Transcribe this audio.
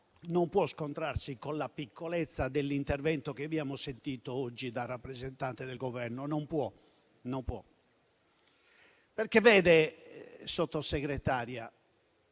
non può scontrarsi con la piccolezza dell'intervento che abbiamo sentito oggi dal rappresentante del Governo. Non può. Signora Sottosegretaria,